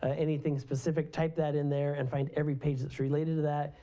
anything specific, type that in there and find every page that's related to that,